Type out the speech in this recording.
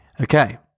Okay